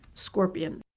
scorpion.